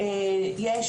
אכן יש